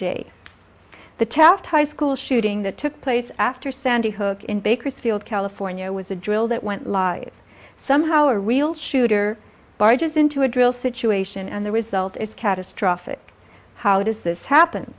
day the chaffed high school shooting that took place after sandy hook in bakersfield california was a drill that went live somehow a real shooter barges into a drill situation and the result is catastrophic how does this happen